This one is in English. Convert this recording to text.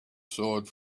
sword